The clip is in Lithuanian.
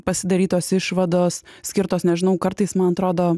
pasidarytos išvados skirtos nežinau kartais man atrodo